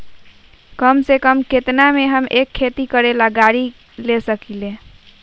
कम से कम केतना में हम एक खेती करेला गाड़ी ले सकींले?